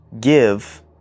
give